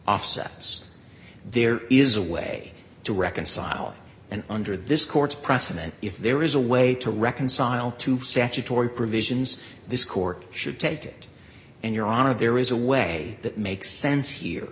offsets there is a way to reconcile and under this court's precedent if there is a way to reconcile to set a tory provisions this court should take it in your honor there is a way that makes sense here